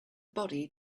body